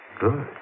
Good